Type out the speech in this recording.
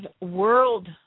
world